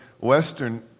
Western